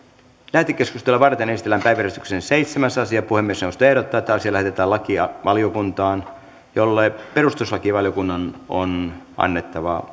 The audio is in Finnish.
lähetekeskustelua varten esitellään päiväjärjestyksen seitsemäs asia puhemiesneuvosto ehdottaa että asia lähetetään lakivaliokuntaan jolle perustuslakivaliokunnan on annettava